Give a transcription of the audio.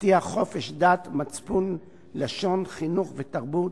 תבטיח חופש דת, מצפון, לשון, חינוך ותרבות,